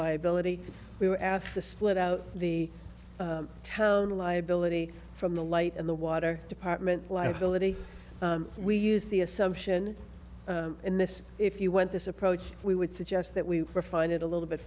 liability we were asked to split out the town liability from the light in the water department liability we use the assumption in this if you want this approach we would suggest that we refined it a little bit